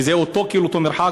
כשזה אותו מרחק,